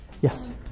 Yes